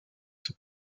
that